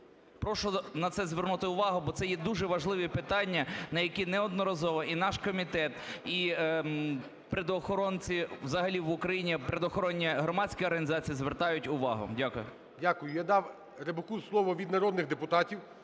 Прошу на це звернути увагу, бо це є дуже важливі питання, на які неодноразово і наш комітет, і природоохоронці взагалі в України, природоохоронні громадські організації звертають увагу. Дякую. ГОЛОВУЮЧИЙ. Дякую. Я дав Рибаку слово від народних депутатів.